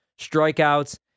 strikeouts